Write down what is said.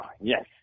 Yes